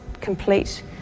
complete